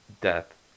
death